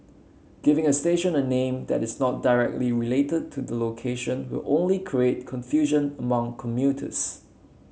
giving a station a name that is not directly related to the location will only create confusion among commuters